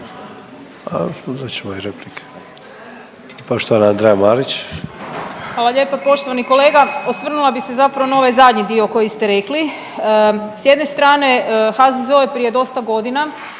**Marić, Andreja (SDP)** Hvala lijepa. Poštovani kolega, osvrnula bi se zapravo na ovaj zadnji dio koji ste rekli. S jedne strane HZZO je prije dosta godina